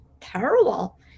terrible